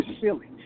silly